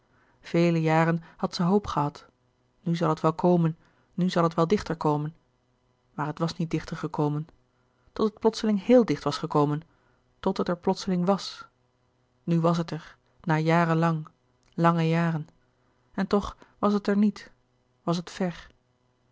vele jaren had zij hoop gehad nu zal het wel komen nu zal het wel dichter komen maar het was niet dichter gekomen tot het plotseling heel dicht was gekomen tot het er plotseling was nu was het er na jaren lang lange jaren en toch was het er niet was het ver